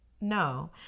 No